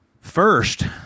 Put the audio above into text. First